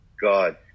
God